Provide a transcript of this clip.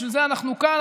בשביל זה אנחנו כאן,